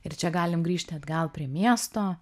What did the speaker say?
ir čia galim grįžti atgal prie miesto